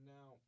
Now